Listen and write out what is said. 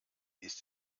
ist